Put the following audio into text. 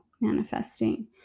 manifesting